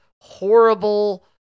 horrible